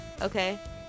Okay